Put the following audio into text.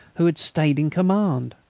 who had stayed in command?